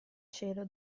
cielo